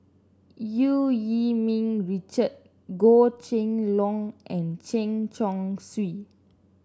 Eu Yee Ming Richard Goh Kheng Long and Chen Chong Swee